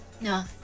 No